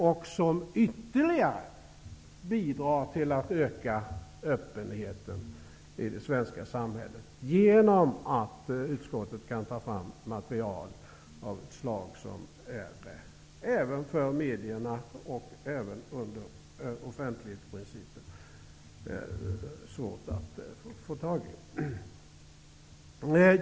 Det bidrar ytterligare till att öka öppenheten i det svenska samhället. Utskottet kan ta fram material av ett slag som trots offentlighetsprincipen är svårt att få tag i även för medierna.